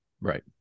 Right